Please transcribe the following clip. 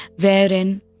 wherein